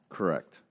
Correct